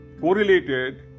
correlated